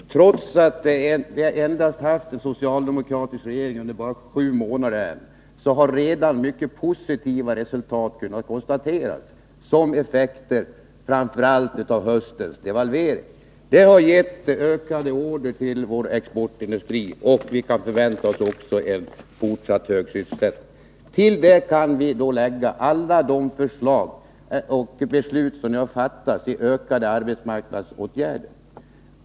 Herr talman! Trots att vi har haft en socialdemokratisk regering under bara sju månader, har redan mycket positiva resultat kunnat konstateras, framför allt som effekter av höstens devalvering. Den har gett ökade order till vår exportindustri. Vi kan också förvänta oss en fortsatt hög sysselsättning. Till det kan vi lägga alla de beslut som nu har fattats om ökade arbetsmarknadspolitiska åtgärder.